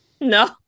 no